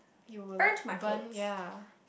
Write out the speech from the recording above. you will like burn ya